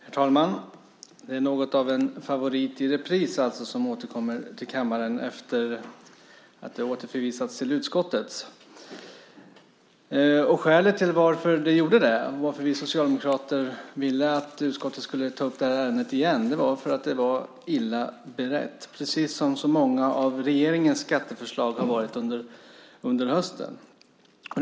Herr talman! Det är något av en favorit i repris som återkommer till kammaren efter att ärendet har återförvisats till utskottet. Skälet till att vi socialdemokrater ville att utskottet skulle ta upp det här ärendet igen var att det var illa berett, precis som så många av regeringens skatteförslag har varit under hösten.